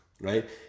right